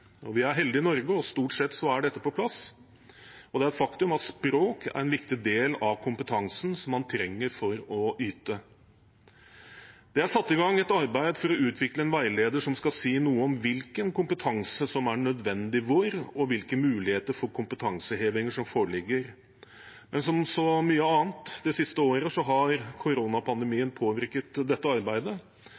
Vi er heldige i Norge, og stort sett er dette på plass. Det er et faktum at språk er en viktig del av kompetansen som man trenger for å yte. Det er satt i gang et arbeid for å utvikle en veileder som skal si noe om hvilken kompetanse som er nødvendig hvor, og hvilke muligheter for kompetanseheving som foreligger. Men som så mye annet det siste året har koronapandemien påvirket dette arbeidet,